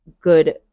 good